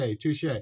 touche